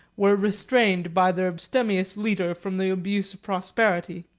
were restrained by their abstemious leader from the abuse of prosperity.